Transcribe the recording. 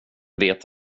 vet